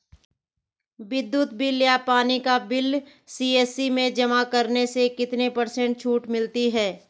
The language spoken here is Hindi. विद्युत बिल या पानी का बिल सी.एस.सी में जमा करने से कितने पर्सेंट छूट मिलती है?